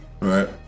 Right